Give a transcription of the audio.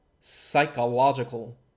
psychological